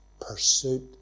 pursuit